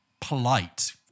polite